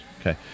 Okay